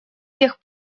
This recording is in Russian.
тех